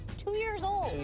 two years old.